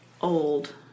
old